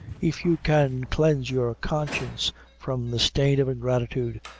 if you can cleanse your conscience from the stain of ingratitude,